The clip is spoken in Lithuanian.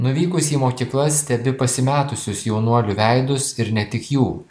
nuvykus į mokyklas stebi pasimetusius jaunuolių veidus ir ne tik jų